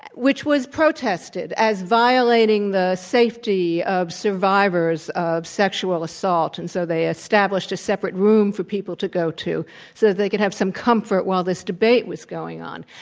which was protested as violating the safety of survivors of sexual assault. and so, they established a separate room for people to go to so that they could have some comfort while this debate was going on.